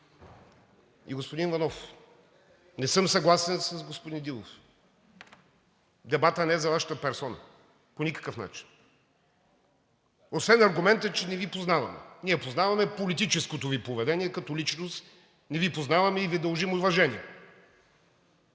И, господин Иванов, не съм съгласен с господин Дилов. Дебатът не е за Вашата персона по никакъв начин, освен аргумента, че не Ви познаваме. Ние познаваме политическото Ви поведение, като личност не Ви познаваме и Ви дължим уважение.